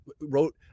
wrote